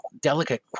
delicate